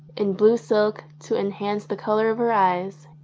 in blue silk to enhance the colour of her eyes,